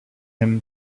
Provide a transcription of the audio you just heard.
him